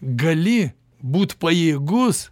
gali būt pajėgus